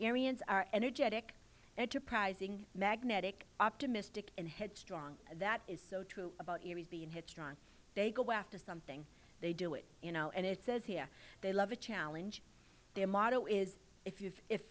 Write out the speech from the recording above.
ariens are energetic enterprising magnetic optimistic and headstrong that is so true about being headstrong they go after something they do it and it says here they love a challenge their motto is if you